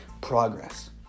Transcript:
progress